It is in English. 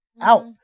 out